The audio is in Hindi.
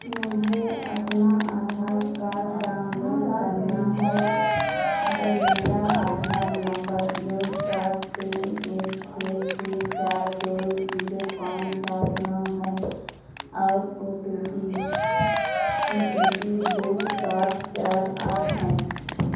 मुझे अपना आधार कार्ड डाउनलोड करना है मेरा आधार दो सात तीन एक छः छः चार दो जीरो पाँच सात नौ है और O T P O T P दो सात चार आठ है